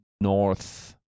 North